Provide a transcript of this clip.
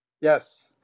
Yes